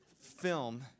film